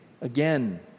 again